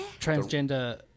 transgender